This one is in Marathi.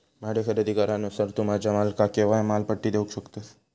भाडे खरेदी करारानुसार तू तुझ्या मालकाक केव्हाय माल पाटी देवक शकतस